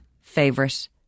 favorite